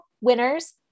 winners